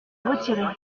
retirer